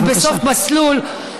בבקשה.